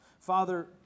Father